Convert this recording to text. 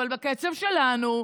אבל בקצב שלנו,